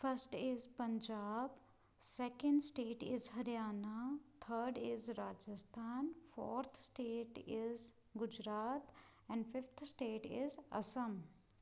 first is Punjab second state is Haryana third is Rajasthan fourth state is Gujarat and fifth state is Assam